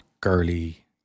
girly